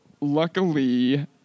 luckily